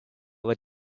what